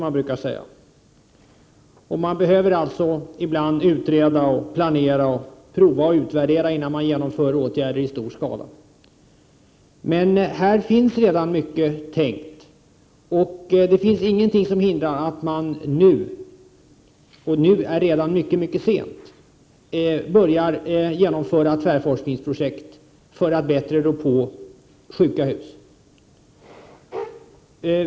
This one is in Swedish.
Man behöver ibland utreda, planera och utvärdera, innan man genomför åtgärder i stor skala. Men här finns redan mycket tänkt, och det finns ingenting som hindrar att man nu — och det är redan mycket sent — börjar genomföra tvärforskningsprojekt för att bättre klara av problemen med sjuka hus.